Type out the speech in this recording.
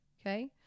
okay